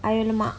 ayam lemak